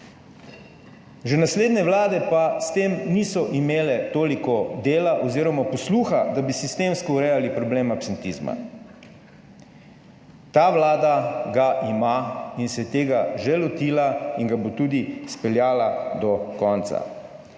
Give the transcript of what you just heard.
Že naslednje Vlade pa s tem niso imele toliko dela oziroma posluha, da bi sistemsko urejali problem absentizma. Ta Vlada ga ima in se je tega že lotila in ga bo tudi speljala do konca.